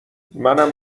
منم